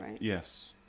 Yes